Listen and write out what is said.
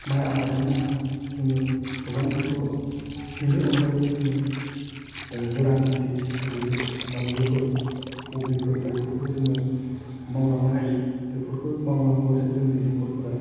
माइ आबादल' नङा जोङो गोबां बेखौ बिनि अनगायैबो जोङो गोरान खेथि जेरैहाय बानलुफोर खफिफोर बेफोरखौबो जोङो मावलांनो हायो बेफोरखौ मावलाङोबासो जोंनि न'खरफोरा